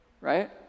Right